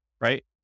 right